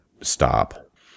stop